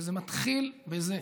וזה מתחיל בזה,